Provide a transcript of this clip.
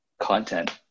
content